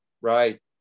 right